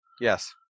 Yes